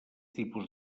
tipus